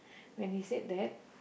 when he said that